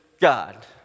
God